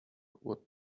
what